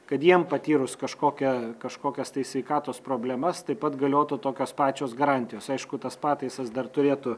kad jiem patyrus kažkokią kažkokias tai sveikatos problemas taip pat galiotų tokios pačios garantijos aišku tas pataisas dar turėtų